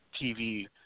TV